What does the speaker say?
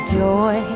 joy